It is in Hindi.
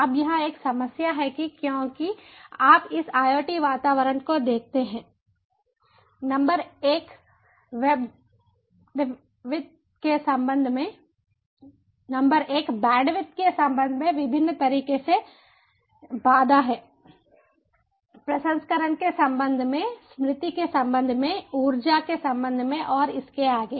अब यह एक समस्या है क्योंकि आप इस IoT वातावरण को देखते हैं नंबर एक बैंडविड्थ के संबंध में विभिन्न तरीकों से बाधा है प्रसंस्करण के संबंध में स्मृति के संबंध में ऊर्जा के संबंध में और इसके आगे